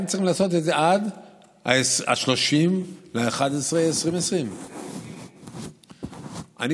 הם צריכים לעשות את זה עד 30 בנובמבר 2020. והם התחילו.